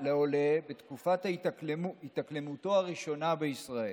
רואים דבר אחר מהכיסא של יושב-ראש האופוזיציה.